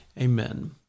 Amen